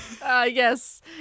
yes